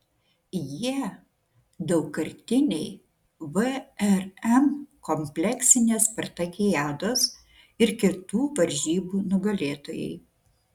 jie daugkartiniai vrm kompleksinės spartakiados ir kitų varžybų nugalėtojai